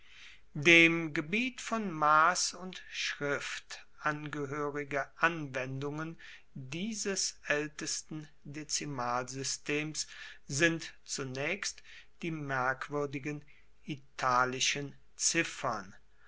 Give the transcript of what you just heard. dem gebiet von mass und schrift angehoerige anwendungen dieses aeltesten dezimalsystems sind zunaechst die merkwuerdigen italischen ziffern